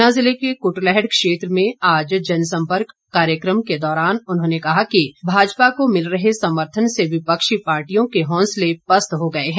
ऊना जिले के कुटलैहड़ क्षेत्र में आज जनसम्पर्क कार्यक्रम के दौरान उन्होंने कहा कि भाजपा को मिल रहे समर्थन से विपक्षी पार्टियों के हौंसले पस्त हो गए हैं